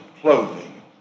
clothing